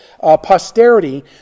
posterity